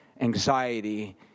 anxiety